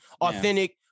authentic